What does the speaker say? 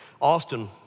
Austin